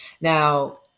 Now